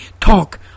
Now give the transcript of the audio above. talk